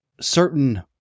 certain